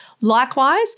Likewise